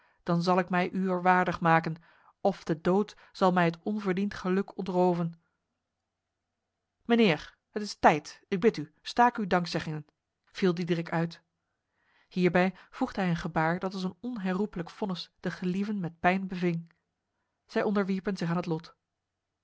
dan zal ik mij uwer waardig maken of de dood zal mij het onverdiend geluk ontroven mijnheer het is tijd ik bid u staak uw dankzeggingen viel diederik uit hierbij voegde hij een gebaar dat als een onherroepelijk vonnis de gelieven met pijn beving zij onderwierpen zich aan het lot